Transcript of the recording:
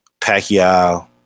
Pacquiao